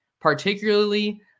particularly